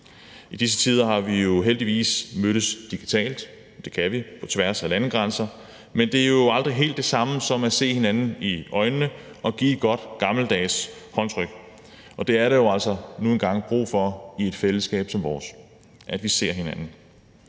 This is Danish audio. I disse tider har vi jo heldigvis mødtes digitalt – det kan vi – på tværs af landegrænser, men det er jo aldrig helt det samme som at se hinanden i øjnene og give et godt gammeldags håndtryk. Det er der jo altså nu engang brug for i et fællesskab som vores, nemlig at vi ser hinanden.